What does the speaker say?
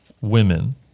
women